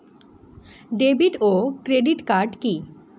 David ও credit card কি?